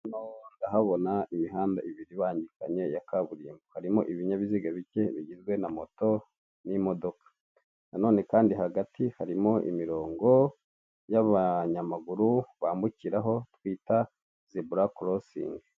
Hano ndahabona imihanda ibiri ibangikanye ya kaburimbo, harimo ibinyabiziga bike bigizwe na moto n'imodoka. Nanone kandi hagati harimo imirongo, y'abanyamaguru bambukiraho twita zebura korosingi.